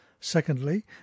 Secondly